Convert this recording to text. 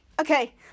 okay